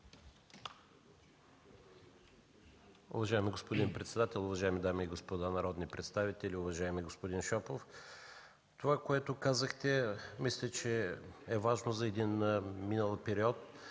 Уважаеми господин председател, уважаеми дами и господа народни представители, уважаеми господин Шопов! Това, което казахте, мисля, че е важно за един минал период.